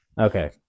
Okay